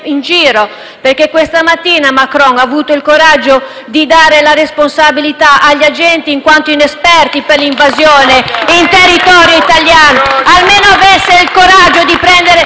perché questa mattina Macron ha avuto il coraggio di dare la responsabilità agli agenti in quanto inesperti per l'invasione in territorio italiano. *(Applausi dai Gruppi*